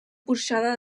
porxada